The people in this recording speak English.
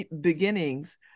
Beginnings